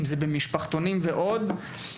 אם זה במשפחתונים ועוד.